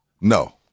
No